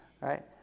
right